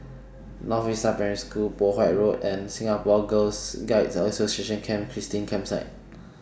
North Vista Primary School Poh Huat Road and Singapore Girl Guides Association Camp Christine Campsite